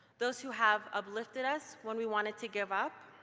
those who have uplifted us when we wanted to give up,